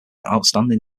outstanding